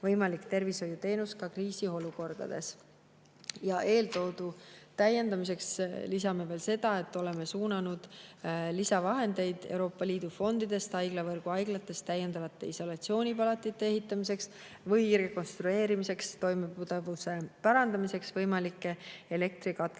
võimalik tervishoiuteenus ka kriisiolukordades. Eeltoodu täiendamiseks lisame veel seda, et oleme suunanud lisavahendeid Euroopa Liidu fondidest haiglavõrgu haiglates täiendavate isolatsioonipalatite ehitamiseks või rekonstrueerimiseks ja toimepidevuse parandamiseks võimalike elektrikatkestuste